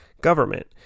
government